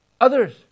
others